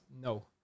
No